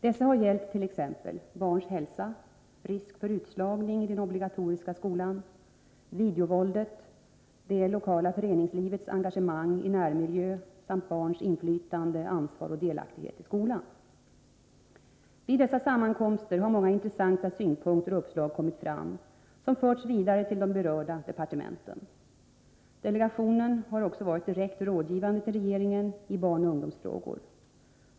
Dessa har gällt t.ex. barns hälsa, risk för utslagning i den obligatoriska skolan, videovåldet, det lokala föreningslivets engagemang i närmiljön samt barns inflytande, ansvar och delaktighet i skolan. Vid dessa sammankomster har många intressanta synpunkter och uppslag kommit fram som förts vidare till de berörda departementen. Delegationen har också varit direkt rådgivande till regeringen i barnoch ungdomsfrågor.